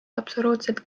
absoluutselt